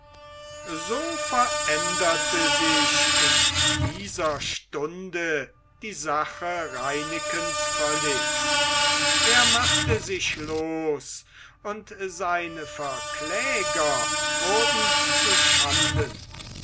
so veränderte sich in dieser stunde die sache reinekens völlig er machte sich los und seine verkläger wurden zuschanden